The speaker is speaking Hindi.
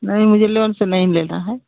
नही मुझे लोन से नहीं लेना है